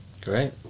great